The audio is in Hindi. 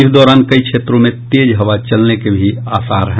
इस दौरान कई क्षेत्रों में तेज हवा चलने के भी आसार हैं